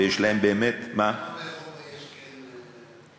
ויש להם באמת, בכל אירופה יש קרן לקצבאות.